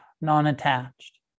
non-attached